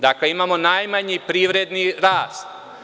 Dakle, imamo najmanji privredni rast.